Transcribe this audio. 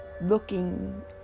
looking